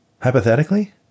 Hypothetically